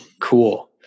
Cool